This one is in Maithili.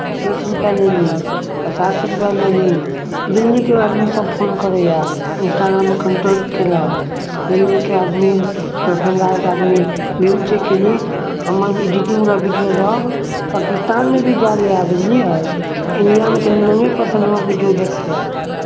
तीस रुपैआ लेली पचास रुपैआ लेली दिल्लीके आदमीसभ फोन करैए इंस्टाग्राममे कांटैक्ट कयलक दिल्लीके आदमी दरभंगाके आदमी व्यू चेक कयली तऽ हम्मर एडिटिंगवला वीडियोसभ पाकिस्तानमे भी गेल हए बुझलियै इंडियामे तऽ निनानबे पर्सेंट हमर वीडियो देखै हए